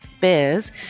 biz